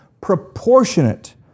proportionate